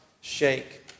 shake